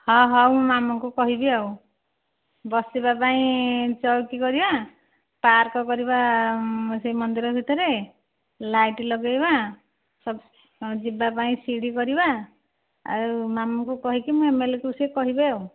ହଁ ହଉ ମୁଁ ମାମୁଁଙ୍କୁ କହିବି ଆଉ ବସିବା ପାଇଁ ଚଉକି କରିବା ପାର୍କ କରିବା ସେଇ ମନ୍ଦିର ଭିତରେ ଲାଇଟ୍ ଲଗେଇବା ଯିବା ପାଇଁ ସିଡ଼ି କରିବା ଆଉ ମାମୁଁଙ୍କୁ କହିକି ମୁଁ ଏମ୍ଏଲ୍ଏକୁ ସେ କହିବେ ଆଉ